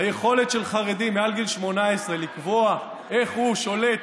היכולת של חרדי מעל גיל 18 לקבוע איך הוא שולט